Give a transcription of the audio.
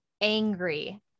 angry